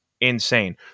insane